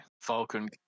Falcon